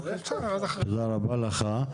תודה רבה לך.